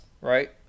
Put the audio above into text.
Right